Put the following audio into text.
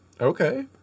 okay